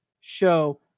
show